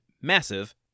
massive